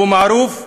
אבו מערוף,